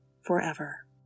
forever